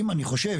אני חושב,